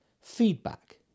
Feedback